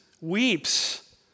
weeps